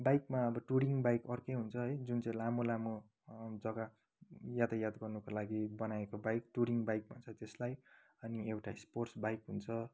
बाइकमा अब touring bike अर्कै हुन्छ है जुन चाहिँ लामो लामो जग्गा यातायात गर्नको लागि बनाइएको बाइक टुरिङ बाइक भन्छ त्यसलाई अनि एउटा स्पोर्ट्स बाइक हुन्छ